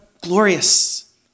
glorious